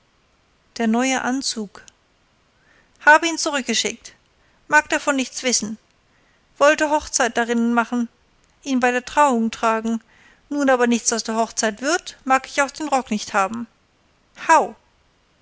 der neue anzug habe ihn ihr zurückgeschickt mag nichts davon wissen wollte hochzeit darinnen machen ihn bei der trauung tragen nun aber nichts aus der hochzeit wird mag ich auch den rock nicht haben